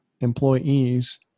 employees